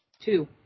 Two